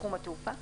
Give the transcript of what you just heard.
בתחום התעופה.